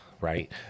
Right